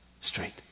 straight